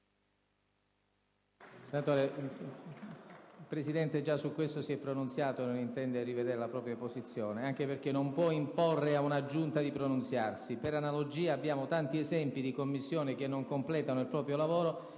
Valentino, il Presidente si è già pronunziato su questo, e non intende rivedere la sua posizione, anche perché non può imporre ad una Giunta di pronunziarsi. Per analogia, abbiamo tanti esempi di Commissioni che non completano il proprio lavoro,